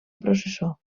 processó